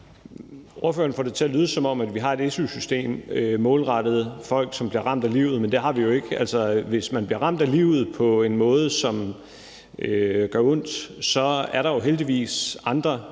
Ordføreren får det til at lyde, som om vi har et su-system målrettet folk, som bliver ramt af livet, men det har vi jo ikke. Hvis man bliver ramt af livet på en måde, som gør ondt, så er der jo heldigvis andre